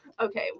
Okay